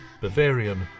Bavarian